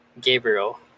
Gabriel